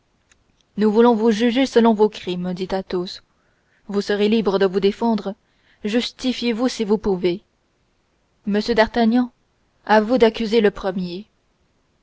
nous voulons vous juger selon vos crimes dit athos vous serez libre de vous défendre justifiez vous si vous pouvez monsieur d'artagnan à vous d'accuser le premier